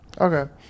okay